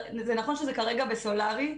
נכון שזה כרגע בסולארי,